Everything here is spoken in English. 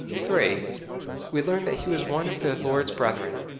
three we learn that he was one of the lord's brethren,